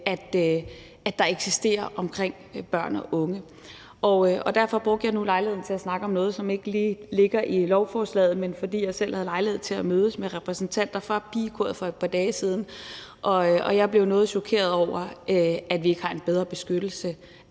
miljøer eksisterer omkring børn og unge. Derfor brugte jeg nu lejligheden til at snakke om noget, som ikke lige ligger i lovforslaget, men jeg gjorde det, fordi jeg selv havde lejlighed til at mødesmed repræsentanter fra Pigekoret for et par dage siden. Og jeg blev noget chokeret over, at vi ikke har en bedre beskyttelse